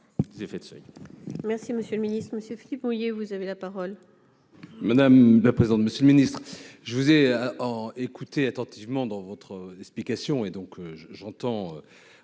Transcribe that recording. des effets de seuil. Merci, Monsieur le Ministre, Monsieur Philippe, vous avez la parole. Madame la présidente, monsieur le Ministre, je vous ai en écouter attentivement dans votre explication et donc j'entends